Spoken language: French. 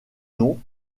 non